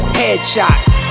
headshots